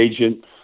agent